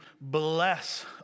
bless